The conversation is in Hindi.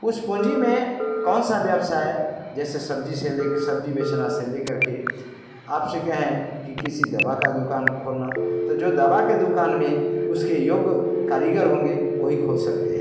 उस पूजी में कौन सा व्यवसाय जैसे सब्ज़ी से ले सब्ज़ी बेचने से ले करके आपसे कहें कि किसी दवा का दुकान खोलना तो जो दवा की दुकान में उसके योग्य कारीगर होंगे वही खोल सकते हैं